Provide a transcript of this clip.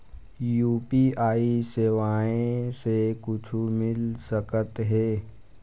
UPI सेवाएं से कुछु मिल सकत हे?